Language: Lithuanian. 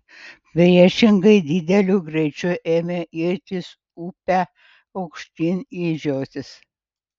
priešingai dideliu greičiu ėmė irtis upe aukštyn į žiotis